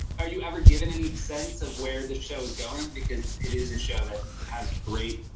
are you ever given any sense of where the show is going? because it is a show that and has great,